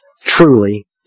truly